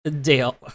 Dale